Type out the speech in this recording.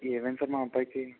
ఏమైంది సార్ మా అబ్బాయికి